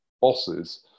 bosses